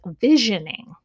visioning